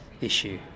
issue